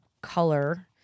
color